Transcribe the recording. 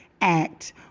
act